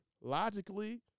Logically